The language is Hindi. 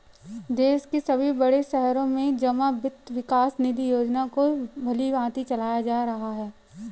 देश के सभी बड़े शहरों में जमा वित्त विकास निधि योजना को भलीभांति चलाया जा रहा है